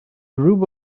group